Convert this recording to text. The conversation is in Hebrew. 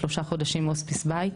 שלושה חודשים הוספיס בית.